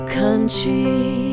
country